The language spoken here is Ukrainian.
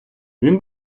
він